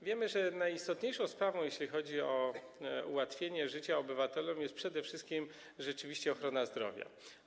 Wiemy, że najistotniejszą sprawą, jeśli chodzi o ułatwienie życia obywatelom, jest przede wszystkim rzeczywiście ochrona zdrowia.